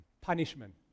punishment